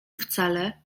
wcale